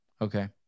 Okay